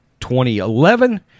2011